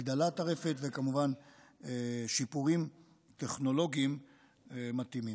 הגדלת הרפת וכמובן שיפורים טכנולוגיים מתאימים.